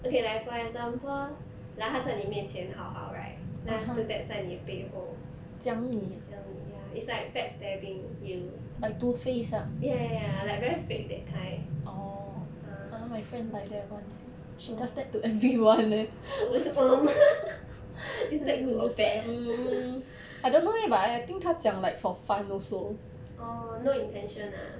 okay like for example like 她在你面前好好 right then after that 在你背后讲你 ya is like backstabbing you ya ya ya like very fake that kind uh oh oh is that good or bad orh no intention ah